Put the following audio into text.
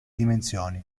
dimensioni